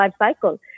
lifecycle